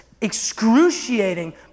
excruciating